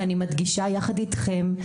אני מדגישה יחד איתכם,